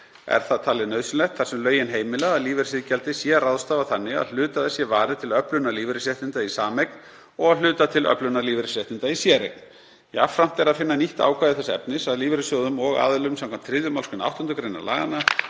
Er það talið nauðsynlegt þar sem lögin heimila að lífeyrisiðgjaldi sé ráðstafað þannig að hluta þess sé varið til öflunar lífeyrisréttinda í sameign og að hluta til öflunar lífeyrisréttinda í séreign. Jafnframt er að finna nýtt ákvæði þess efnis að lífeyrissjóðum og aðilum skv. 3. mgr. 8. gr. laganna